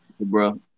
bro